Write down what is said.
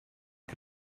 que